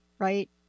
right